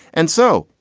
and so,